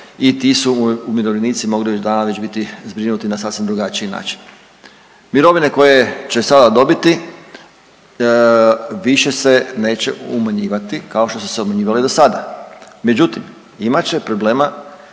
i ti su umirovljenici mogli već davnih dana biti zbrinuti na sasvim drugačiji način. Mirovine koje će sada dobiti više se neće umanjivati kao što su se umanjivale do sada. Međutim, imat će problema,